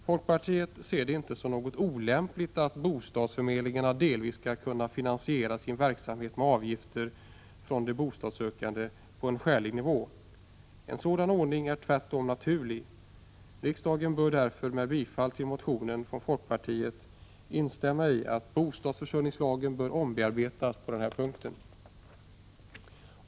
Folkpartiet ser det inte som något olämpligt att bostadsförmedlingarna delvis skall kunna finansiera sin verksamhet med avgifter från de bostadssökande — på en skälig nivå. En sådan ordning är tvärtom naturlig. Riksdagen bör därför, med bifall till motionen Bo258, uttala att bostadsförsörjningslagen bör omarbetas på denna punkt. Fru talman!